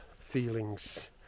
feelings